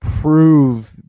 prove